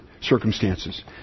circumstances